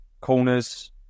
Corners